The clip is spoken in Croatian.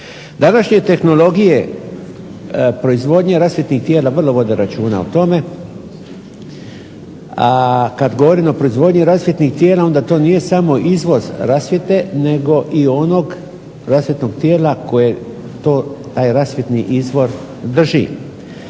Današnje tehnologije proizvodnje rasvjetnih tijela vrlo vode računa o tome. Kada govorim o proizvodnji rasvjetnih tijela onda to nije samo izvoz rasvjete nego i onog rasvjetnog tijela koje taj rasvjetni izvor drži.